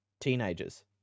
teenagers